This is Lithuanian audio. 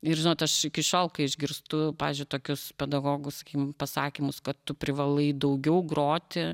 ir žinot aš iki šiol kai išgirstu pavyzdžiui tokius pedagogus pasakymus kad tu privalai daugiau groti